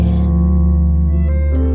end